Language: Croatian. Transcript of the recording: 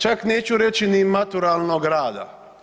Čak neću reći ni maturalnog rada.